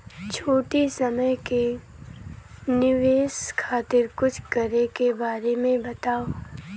छोटी समय के निवेश खातिर कुछ करे के बारे मे बताव?